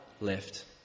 left